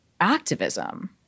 activism